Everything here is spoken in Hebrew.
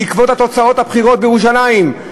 בעקבות תוצאות הבחירות בירושלים: